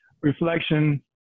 reflection